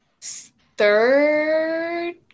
third –